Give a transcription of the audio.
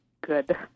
good